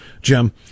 Jim